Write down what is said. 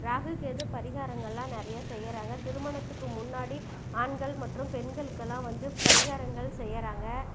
ராகு கேது பரிகாரங்கள் எல்லாம் நிறையா செய்யறாங்க திருமணத்துக்கு முன்னாடி ஆண்கள் மற்றும் பெண்களுக்கெல்லாம் வந்து பரிகாரங்கள் செய்யறாங்க